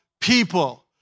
people